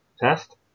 test